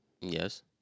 Yes